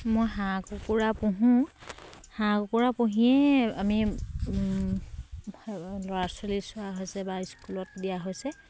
মই হাঁহ কুকুৰা পোহোঁ হাঁহ কুকুৰা পুহিয়েই আমি ল'ৰা ছোৱালী চোৱা হৈছে বা স্কুলত দিয়া হৈছে